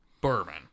bourbon